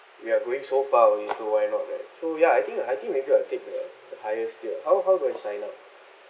we're going so far away so why not right so ya I think I think maybe I will take the the highest tier how how do I sign up